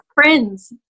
Friends